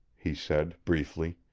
he said briefly.